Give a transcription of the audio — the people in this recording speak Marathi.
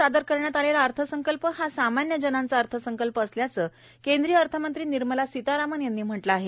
आज संसेदत सादर करण्यात आलेला अर्धसंकल्प हा सामान्यजनांचा अर्धसंकल्प असल्याचं केंद्रीय अर्धमंत्री निर्मला सितारामन् यांनी म्हटलं आहे